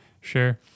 Sure